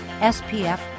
SPF